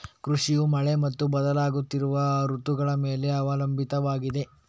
ಕೃಷಿಯು ಮಳೆ ಮತ್ತು ಬದಲಾಗುತ್ತಿರುವ ಋತುಗಳ ಮೇಲೆ ಅವಲಂಬಿತವಾಗಿದೆ